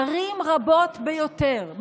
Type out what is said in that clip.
ערים רבות ביותר,